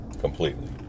completely